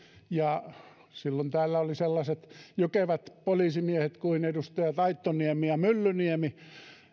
ja silloin täällä olivat sellaiset jykevät poliisimiehet kuin edustajat aittoniemi ja myllyniemi